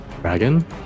Dragon